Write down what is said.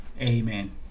amen